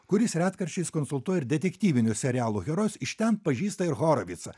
kuris retkarčiais konsultuoja ir detektyvinių serialų herojus iš ten pažįsta ir horovicą